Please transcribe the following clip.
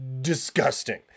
disgusting